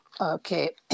Okay